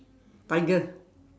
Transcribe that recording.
tiger